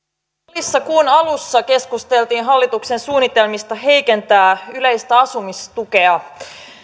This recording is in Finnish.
salissa kuun alussa keskusteltiin hallituksen suunnitelmista heikentää yleistä asumistukea